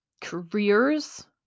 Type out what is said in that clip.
careers